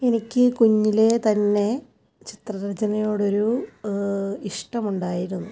എനിക്ക് കുഞ്ഞിലേ തന്നെ ചിത്രരചനയോട് ഒരു ഇഷ്ട്ടം ഉണ്ടായിരുന്നു